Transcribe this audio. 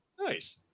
nice